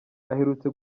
aherutse